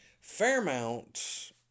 Fairmount